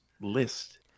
list